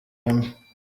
hamwe